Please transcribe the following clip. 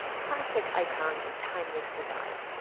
classic icons of timeless design.